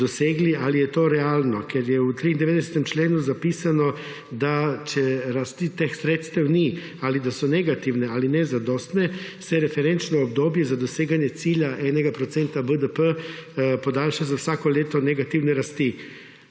dosegli. Ali je to realno? Ker je v 93. členu zapisano, da če rasti teh sredstev ni ali da so negaitvne ali nezadostne, se referenčno obdobje za doseganje cilja enega procenta BDP podaljša za vsako leto negativne rasti.